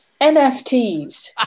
NFTs